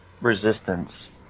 resistance